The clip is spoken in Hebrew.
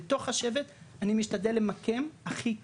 בתוך השבט אני משתדל למקם הכי טוב,